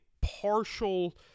partial